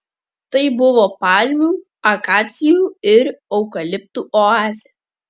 tai buvo palmių akacijų ir eukaliptų oazė